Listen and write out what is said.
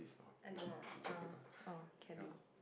I don't know err oh cabby